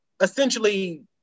essentially